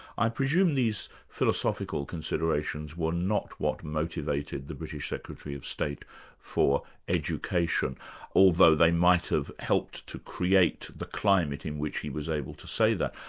i presume these philosophical considerations were not what motivated the british secretary of state for education although they might have helped to create the climate in which he was able to say that.